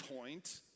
point